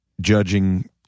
judging